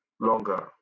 longer